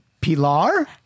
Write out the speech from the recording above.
Pilar